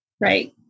right